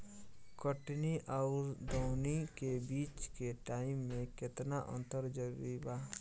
कटनी आउर दऊनी के बीच के टाइम मे केतना अंतर जरूरी बा?